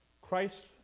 Christ